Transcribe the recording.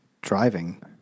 driving